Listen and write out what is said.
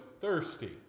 thirsty